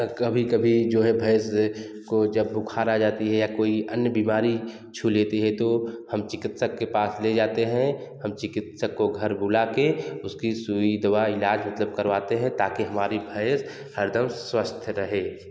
कभी कभी जो है भैंस को जब बुखार आ जाती है या कोई अन्य बीमारी छू लेती है तो हम चिकित्सक के पास ले जाते हैं हम चिकित्सक को घर बुलाकर उसकी सुई दवा इलाज मतलब करवाते हैं ताकि हमारी भैंस हर दम स्वस्थ रहे